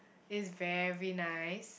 it is very nice